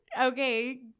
okay